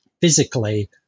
physically